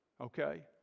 okay